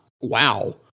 wow